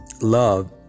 love